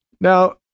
Now